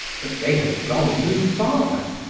but they had gone even farther.